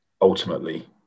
ultimately